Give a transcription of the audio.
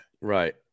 Right